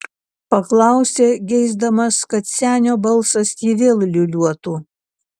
paklausė geisdamas kad senio balsas jį vėl liūliuotų